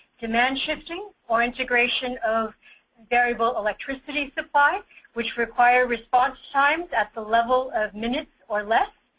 demand shifting or integration of variable electricity supply which require response time at the level of minutes or less.